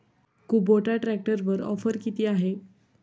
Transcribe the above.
Kubota ट्रॅक्टरवर offer किती आहे?